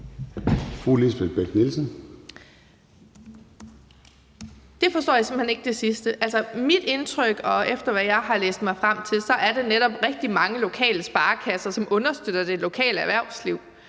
forstår jeg simpelt hen ikke. Altså, efter mit indtryk og det, jeg har læst mig frem til, er det netop rigtig mange lokale sparekasser, som understøtter det lokale erhvervsliv,